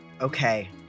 Okay